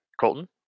Colton